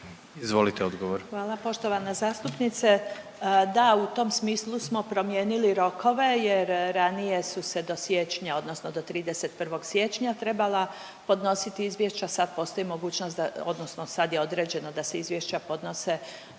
Marija** Hvala poštovana zastupnice. Da, u tom smislu smo promijenili rokove jer ranije su se do siječnja odnosno do 31. siječnja, trebala podnositi izvješća, sad postoji mogućnost odnosno sad je određeno da se izvješća podnose